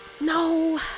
No